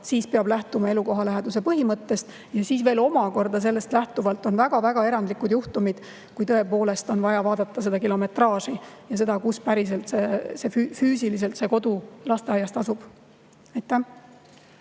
siis peab lähtuma elukoha läheduse põhimõttest ja siis veel omakorda sellest lähtuvalt on väga-väga erandlikud juhtumid, kui tõepoolest on vaja vaadata kilometraaži ja seda, [kui kaugel] päriselt füüsiliselt see kodu lasteaiast asub. Vadim